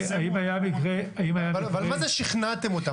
אבל מה זה שכנעתם אותם?